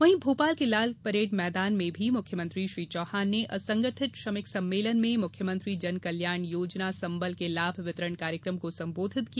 वहीं भोपाल के लाल परेड मैदान में भी मुख्यमंत्री श्री चौहान ने असंगठित श्रमिक सम्मेलन में मुख्यमंत्री जन कल्याण योजना के लाभ वितरण कार्यक्रम को संबोधित किया